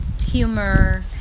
humor